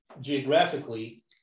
geographically